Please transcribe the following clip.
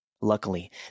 Luckily